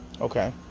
Okay